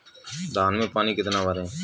धान में पानी कितना भरें?